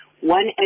one